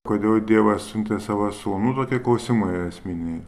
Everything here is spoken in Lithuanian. kodėl dievas siuntė savo sūnų tokie klausimai esminiai